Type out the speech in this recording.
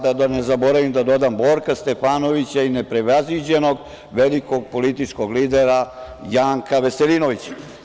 Da ne zaboravim da dodam Borka Stefanovića i neprevaziđenog velikog političkog lidera Janka Veselinovića.